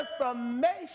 Information